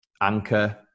Anchor